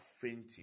fainting